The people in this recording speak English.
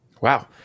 Wow